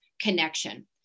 connection